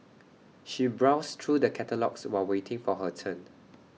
she browsed through the catalogues while waiting for her turn